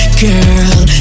girl